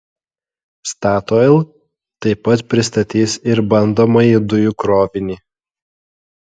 statoil taip pat pristatys ir bandomąjį dujų krovinį